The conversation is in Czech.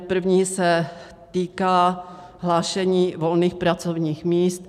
První se týká hlášení volných pracovních míst.